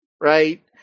right